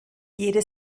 jede